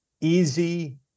easy